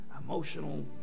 emotional